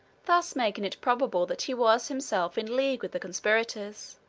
thus making it probable that he was himself in league with the conspirators.